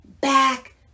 back